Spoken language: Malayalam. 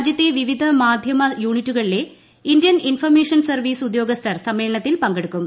രാജ്യത്തെ വിവിധ മാധ്യമ യൂണിറ്റുകളിലെ ഇന്ത്യൻ ഇൻഫർമേഷൻ സർവീസ് ഉദ്യോഗസ്ഥർ സമ്മേളനത്തിൽ പങ്കെടുക്കും